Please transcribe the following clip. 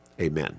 Amen